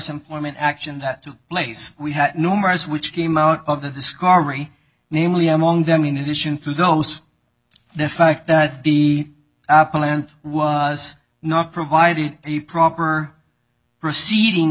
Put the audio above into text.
employment action that took place we had numerous which came out of the discovery namely among them in addition to those the fact that he was not provided the proper proceeding